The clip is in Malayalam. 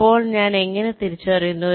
അപ്പോൾ ഞാൻ എങ്ങനെ തിരിച്ചറിയുന്നു